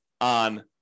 on